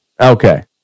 Okay